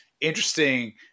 interesting